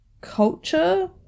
culture